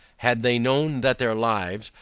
had they known that their lives,